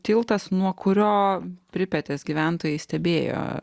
tiltas nuo kurio pripetės gyventojai stebėjo